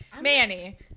Manny